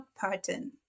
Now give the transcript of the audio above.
pattern